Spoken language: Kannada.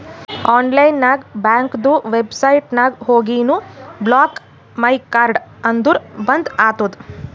ಆನ್ಲೈನ್ ನಾಗ್ ಬ್ಯಾಂಕ್ದು ವೆಬ್ಸೈಟ್ ನಾಗ್ ಹೋಗಿನು ಬ್ಲಾಕ್ ಮೈ ಕಾರ್ಡ್ ಅಂದುರ್ ಬಂದ್ ಆತುದ